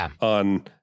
on